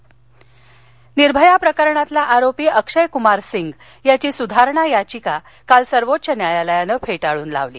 निर्भया निर्भया प्रकरणातला आरोपी अक्षय कुमार सिंग याची सुधारणा याचिका काल सर्वोच्च न्यायालयानं फेटाळून लावली